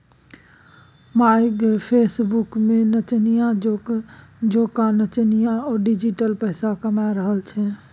माय गे फेसबुक पर नचनिया जेंका नाचिकए ओ डिजिटल पैसा कमा रहल छै